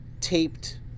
taped